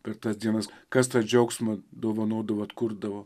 per tas dienas kas tą džiaugsmą dovanodavo atkurdavo